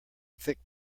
thick